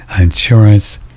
insurance